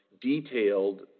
detailed